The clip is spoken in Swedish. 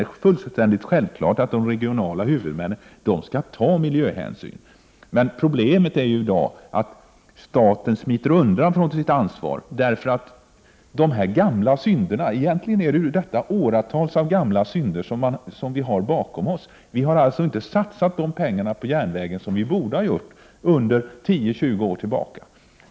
Det är självklart att de regionala huvudmännen skall ta miljöhänsyn. Problemet i dag är ju att staten smiter ifrån sitt ansvar, därför att de många år gamla synderna innebär att vi inte har satsat de pengar på järnvägen som vi borde ha satsat under 10-20 år.